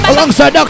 Alongside